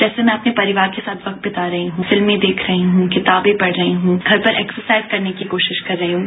जैसे मैं अपने परिवार के साथ वक्त बीता रही हूं फिल्में देख रही हूं किताबें पढ़ रही हूं घर पर एक्सरसाइज करने की कोशिश कर रही हूं